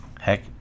Heck